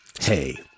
hey